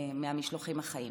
מהמשלוחים החיים.